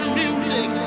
music